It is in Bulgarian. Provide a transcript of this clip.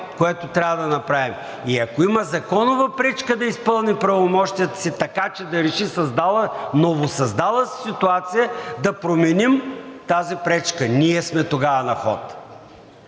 което трябва да направим. И ако има законова пречка да изпълни правомощията си така, че да реши новосъздалата се ситуация, да променим тази пречка – ние сме тогава на ход.